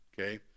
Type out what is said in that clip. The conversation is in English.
okay